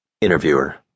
Interviewer